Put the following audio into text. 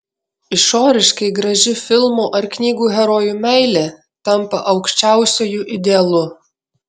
išoriškai graži filmų ar knygų herojų meilė tampa aukščiausiuoju idealu